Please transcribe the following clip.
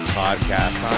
podcast